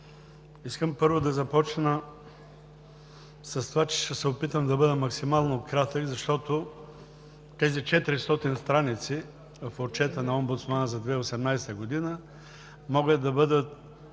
Искам първо да започна с това, че ще се опитам да бъда максимално кратък, защото тези 400 страници Отчет на омбудсмана за 2018 г. могат да бъдат